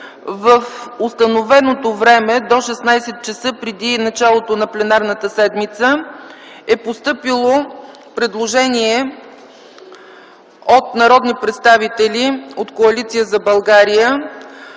в установеното време – до 16.00 ч. преди началото на пленарната седмица, е постъпило предложение от народни представители от Коалиция за България